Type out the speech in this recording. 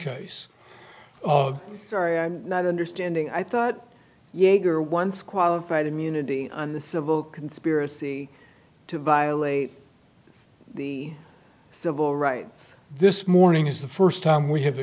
case of sorry i'm not understanding i thought yeager once qualified immunity on the civil conspiracy to violate the civil rights this morning is the st time we have